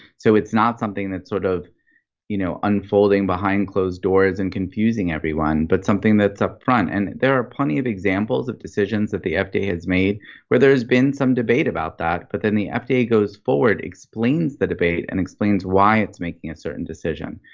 so it's not something that's sort of you know, unfolding behind closed doors and confusing everyone, but something that's up front and there are plenty of examples of decisions that the fda has made where there's been some debate about that. but then the fda goes forward explains the debate and explains why it's making a certain decision.